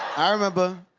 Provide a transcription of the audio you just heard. i remember.